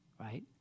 Right